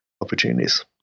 opportunities